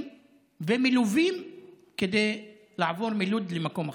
ומלֻווים כדי לעבור מלוד למקום אחר.